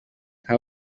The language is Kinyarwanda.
aha